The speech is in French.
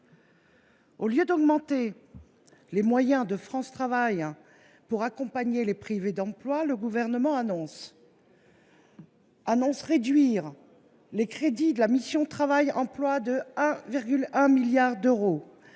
Au lieu d’augmenter les moyens de France Travail pour accompagner les privés d’emploi, le Gouvernement annonce réduire les crédits de la mission « Travail et emploi » de 1,1 milliard d’euros,